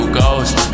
ghost